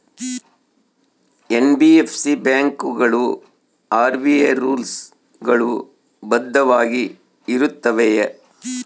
NBFC ಬ್ಯಾಂಕುಗಳು RBI rules ಗಳು ಬದ್ಧವಾಗಿ ಇರುತ್ತವೆಯ?